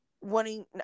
wanting